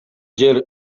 жер